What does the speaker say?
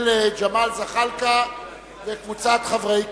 של חבר הכנסת ג'מאל זחאלקה וקבוצת חברי הכנסת.